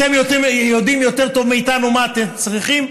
אתם יודעים יותר טוב מאיתנו מה אתם צריכים,